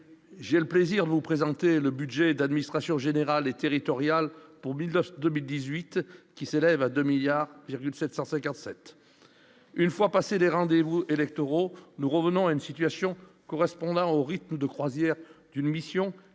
j'ai le plaisir de vous présenter le budget d'administration générale et territoriale pour 1900 2018, qui s'élève à 2 milliards 700 57 une fois passées les rendez-vous électoraux, nous revenons à une situation correspondant au rythme de croisière d'une mission